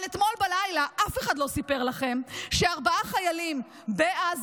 אבל אתמול בלילה אף אחד לא סיפר לכם שארבעה חיילים בעזה,